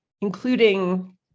including